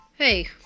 Hey